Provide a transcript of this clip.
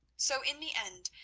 so in the end,